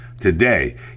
today